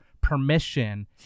permission